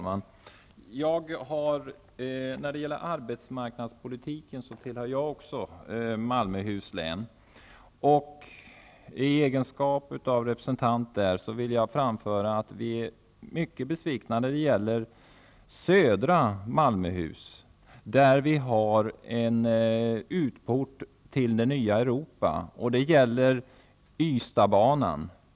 Herr talman! När det gäller arbetsmarknadspolitiken tillhör också jag Malmöhus län. I egenskap av representant för det länet vill jag framföra att vi är mycket besvikna när det gäller södra Malmöhus, där vi har en port ut mot det nya Europa. Det gäller Ystadbanan.